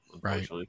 Right